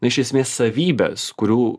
iš esmės savybes kurių